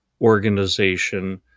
organization